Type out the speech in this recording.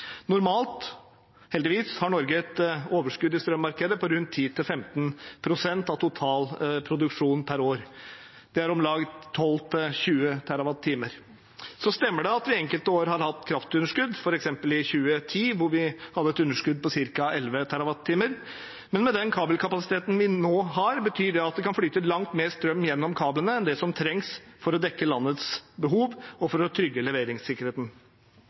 Normalt har Norge heldigvis et overskudd i strømmarkedet på rundt 10–15 pst. av total produksjon per år. Det er om lag 12–20 TWh. Det stemmer at vi enkelte år har hatt kraftunderskudd, f.eks. i 2010, da vi hadde et underskudd på ca. 11 TWh, men med den kabelkapasiteten vi nå har, betyr det at det kan flyte langt mer strøm gjennom kablene enn det som trengs for å dekke landets behov og trygge leveringssikkerheten.